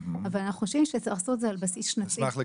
אבל אנחנו חושבים שצריך לעשות את זה על בסיס שנתי.